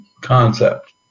concept